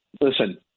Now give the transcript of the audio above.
listen